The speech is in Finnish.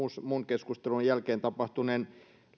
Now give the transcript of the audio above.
muun keskustelun jälkeen tapahtuneen